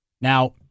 Now